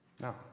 No